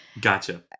Gotcha